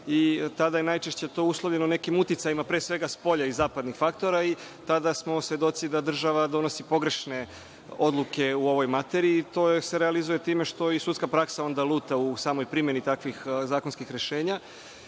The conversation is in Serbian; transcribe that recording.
i tada je najčešće to uslovljeno nekim uticajima, pre svega spolja i zapadnog faktora, i tada smo svedoci da država donosi pogrešne odluke u ovoj materiji. To se realizuje time što i sudska praksa onda luta u samoj primeni takvih zakonskih rešenja